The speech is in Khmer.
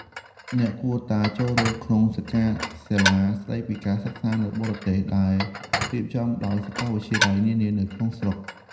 អ្នកគួរតែចូលរួមក្នុងសិក្ខាសាលាស្តីពីការសិក្សានៅបរទេសដែលរៀបចំដោយសាកលវិទ្យាល័យនានានៅក្នុងស្រុក។